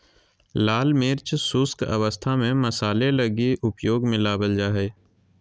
लाल मिर्च शुष्क अवस्था में मसाले लगी उपयोग में लाबल जा हइ